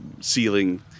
ceiling